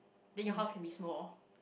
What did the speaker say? then your house can be small